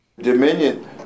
Dominion